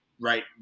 right